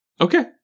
Okay